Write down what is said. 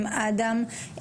אדם,